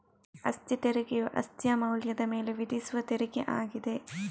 ಅಸ್ತಿ ತೆರಿಗೆಯು ಅಸ್ತಿಯ ಮೌಲ್ಯದ ಮೇಲೆ ವಿಧಿಸುವ ತೆರಿಗೆ ಆಗಿದೆ